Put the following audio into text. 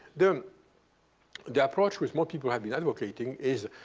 the the approach which more people have been advocating is,